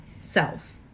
self